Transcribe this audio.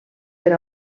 per